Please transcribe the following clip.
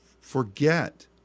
forget